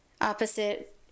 Opposite